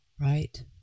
Right